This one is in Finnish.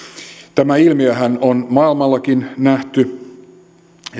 tämä ilmiöhän on maailmallakin nähty